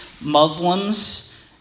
Muslims